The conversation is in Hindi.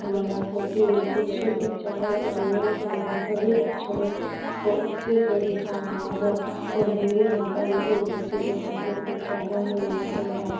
हमारी कॉपी में शुद्ध शुद्ध उच्चारण और नियम पूर्वक सभी अक्षरों को अच्छे से लिखा हुआ हो और हिन्दी भाषा में इन सब चीज़ों का तो कुछ ज़्यादा ही महत्व है